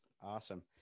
Awesome